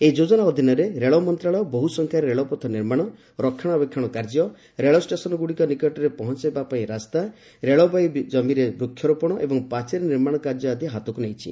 ଏହି ଯୋଜନା ଅଧୀନରେ ରେଳ ମନ୍ତ୍ରଣାଳୟ ବହୁ ସଂଖ୍ୟାରେ ରେଳପଥ ନିର୍ମାଣ ରକ୍ଷଣାବେକ୍ଷଣ କାର୍ଯ୍ୟ ରେଳଷ୍ଟେସନ୍ଗୁଡ଼ିକ ନିକଟରେ ପହଞ୍ଚବାପାଇଁ ରାସ୍ତା ରେଳବାଇ ଜମିରେ ବୃକ୍ଷରୋପଣ ଏବଂ ପାଚେରି ନିର୍ମାଣ କାର୍ଯ୍ୟ ଆଦି ହାତକୁ ନେଇଛି